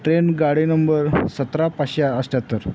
train गाडी number सतरा पाचशे अठ्ठ्याहत्तर